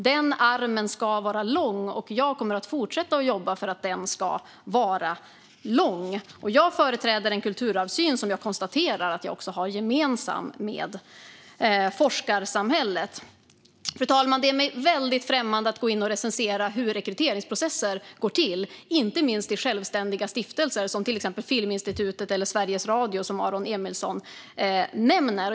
Den armen ska vara lång, och jag kommer att fortsätta att jobba för att den ska vara det. Jag företräder en kulturarvssyn som jag också har gemensam med forskarsamhället. Fru talman! Det är mig väldigt främmande att gå in och recensera hur rekryteringsprocesser går till, inte minst i självständiga stiftelser som till exempel Filminstitutet eller Sveriges Radio, som Aron Emilsson nämner.